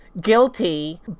guilty